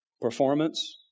performance